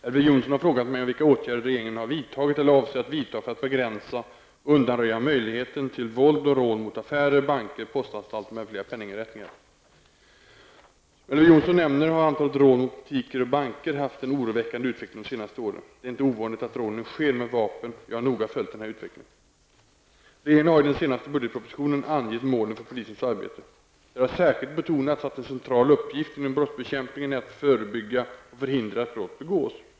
Herr talman! Elver Jonsson har frågat mig om vilka åtgärder regeringen har vidtagit eller avser att vidta för att begränsa och undanröja möjligheten till våld och rån mot affärer, banker, postanstalter m.fl. Som Elver Jonsson nämner har antalet rån mot butiker och banker haft en oroväckande utveckling de senaste åren. Det är inte ovanligt att rånen sker med vapen. Jag har noga följt den här utvecklingen. Regeringen har i den senaste budgetpropositionen angett målen för polisens arbete. Där har särskilt betonats att en central uppgift inom brottsbekämpningen är att förebygga och förhindra att brott begås.